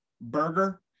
burger